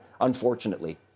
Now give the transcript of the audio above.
unfortunately